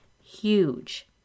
huge